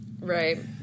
Right